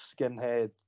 skinhead